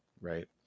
right